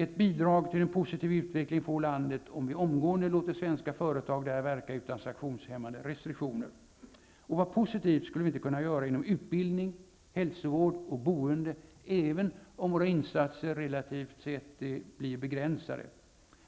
Ett bidrag till en positiv utveckling får landet om vi omedelbart låter svenska företag där verka, utan sanktionshämmande restriktioner. Vad mycket positivt skulle vi inte kunna göra inom utbildning, hälsovård och boende, även om våra insatser relativt sett blir begränsade.